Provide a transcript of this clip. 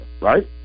right